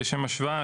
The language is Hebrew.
לשם השוואה,